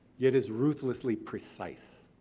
yet is ruthlessly precise,